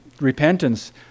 repentance